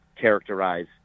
characterize